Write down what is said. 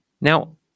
now